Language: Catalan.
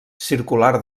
circular